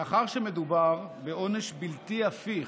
מאחר שמדובר בעונש בלתי הפיך,